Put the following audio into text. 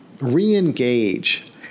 re-engage